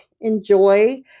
enjoy